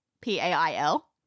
P-A-I-L